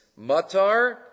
matar